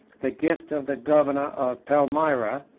the gift of the governor of palmyra,